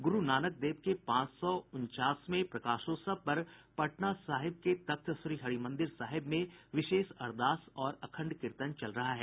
गुरू नानक देव के पांच सौ उनचासवें प्रकाशोत्सव पर पटना साहिब के तख्त श्री हरि मंदिर साहिब में विशेष अरदास और अखंड कीर्तन चल रहा है